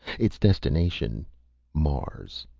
its destination mars!